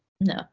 No